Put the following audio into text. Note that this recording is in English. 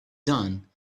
done